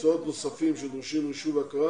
מקצועות נוספים שדורשים רישוי והכרה